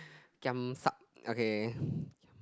giam siap okay